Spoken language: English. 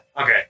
Okay